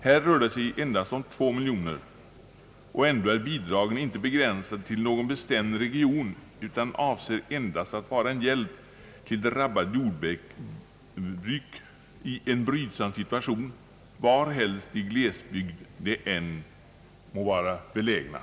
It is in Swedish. Här rör det sig om endast två miljoner kronor, och ändå är bidragen inte begränsade till någon bestämd region utan avser att vara en hjälp till drabbade jordbruk i en brydsam situation var helst i glesbygd de än må vara belägna.